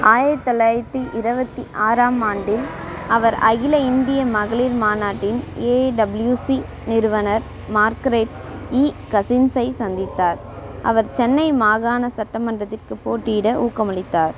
ஆயிரத்து தொள்ளாயிரத்து இருவத்தி ஆறாம் ஆண்டில் அவர் அகில இந்திய மகளிர் மாநாட்டின் ஏஐடபிள்யூசி நிறுவனர் மார்க்ரேட் இ கசின்ஸை சந்தித்தார் அவர் சென்னை மாகாண சட்டமன்றத்திற்கு போட்டியிட ஊக்கமளித்தார்